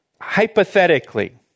hypothetically